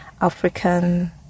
African